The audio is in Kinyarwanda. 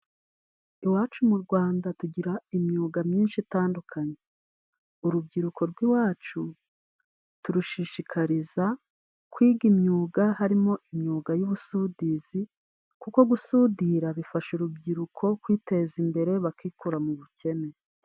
Iwacu mu Rwanda tugira imyuga myinshi itandukanye. Urubyiruko rw'iwacu turushishikariza kwiga imyuga harimo imyuga y'ubusudizi, kuko gusudira bifasha urubyiruko kwiteza imbere bakikura mu bukene.